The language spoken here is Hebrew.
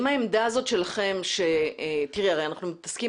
יש פה